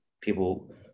people